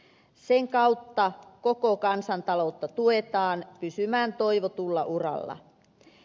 sen kautta koko kansantaloutta tuetaan pysymään toivotulla uralla